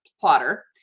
plotter